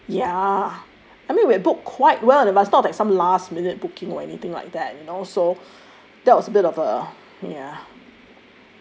ya I mean we have booked quite well it was not like some last minute booking or anything like that you know so that was a bit of a ya